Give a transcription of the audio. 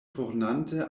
turnante